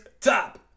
top